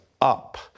up